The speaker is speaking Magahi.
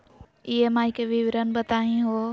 ई.एम.आई के विवरण बताही हो?